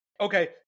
okay